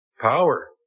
power